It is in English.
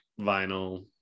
vinyl